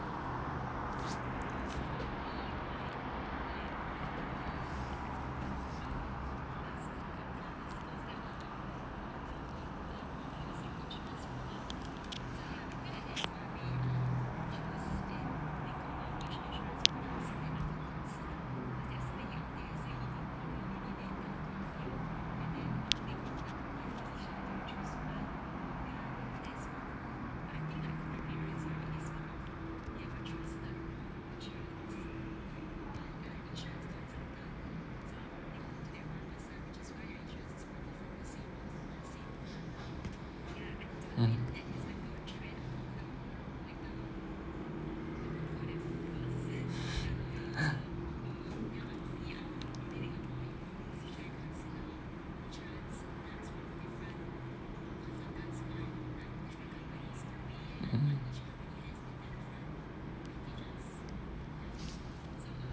mmhmm mm